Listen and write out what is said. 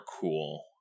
cool